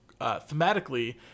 Thematically